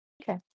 Okay